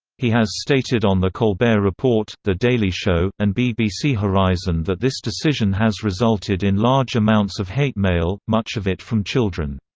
he has stated on the colbert report, the daily show, and bbc horizon that this decision has resulted in large amounts of hate mail, much of it from children.